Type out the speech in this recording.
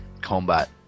combat